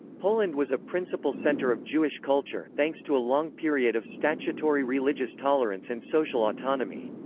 poland was a principal center of jewish culture, thanks to a long period of statutory religious tolerance and social autonomy.